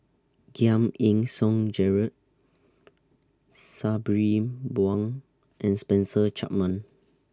Giam Yean Song Gerald Sabri Buang and Spencer Chapman